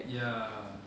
ya